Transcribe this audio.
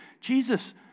Jesus